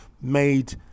made